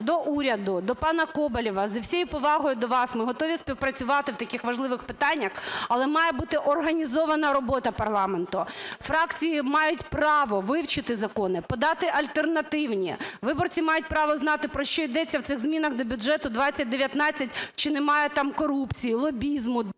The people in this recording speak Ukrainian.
до уряду, до пана Коболєва. З усією повагою до вас, ми готові співпрацювати в таких важливих питаннях, але має бути організована робота парламенту. Фракції мають право вивчити закони, подати альтернативні, виборці мають право знати, про що йдеться в цих змінах до бюджету 2019, чи немає там корупції, лобізму…